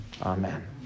Amen